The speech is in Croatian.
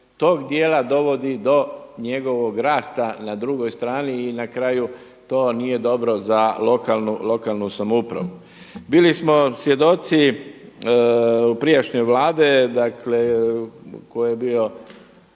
tog dijela dovodi do njegovog rasta na drugoj strani i na kraju to nije dobro za lokalnu samoupravu. Bili smo svjedoci prijašnje vlade u kojoj je bio